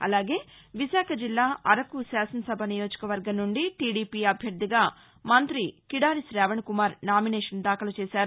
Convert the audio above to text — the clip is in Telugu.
అలాగే విశాఖ జిల్లా అరకు శాసనసభ నియోజకవర్గం నుండి టీడిపి అభ్యర్గిగా మంత్రి కీడారి శావణ్కుమార్ నామినేషన్ దాఖలు చేశారు